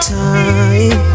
time